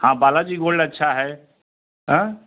हाँ बालाजी गोल्ड अच्छा है हाँ